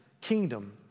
kingdom